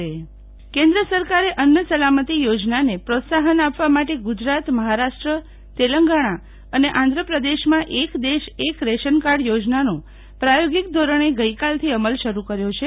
શીતલ વૈશ્નવ એક રેશન એક કાર્ડી કેન્દ્ર સરકારે અન્ન સલામતી યોજનાને પ્રોત્સાહન આપવા માટે ગુજરાત મહારાષ્ટ્ર તેલંગાના અને આંધ્રપ્રદેશમાં એક દેશ એક રેશનકાર્ડ યોજનાનો પ્રાયોગિક ધોરણે ગઈકાલથી અમલ શરુ કર્યો છે